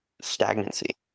stagnancy